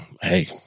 hey